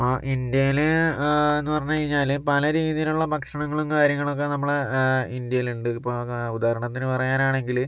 ഇന്ത്യയിൽ എന്ന് പറഞ്ഞ് കഴിഞ്ഞാല് പല രീതിയിലുള്ള ഭക്ഷണങ്ങളും കാര്യങ്ങളുമൊക്കെ നമ്മള് ഇന്ത്യയിലുണ്ട് ഇപ്പോൾ ഉദാഹരണത്തിന് പറയാനാണെങ്കിൽ